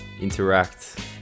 interact